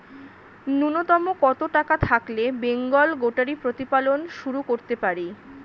নূন্যতম কত টাকা থাকলে বেঙ্গল গোটারি প্রতিপালন শুরু করতে পারি?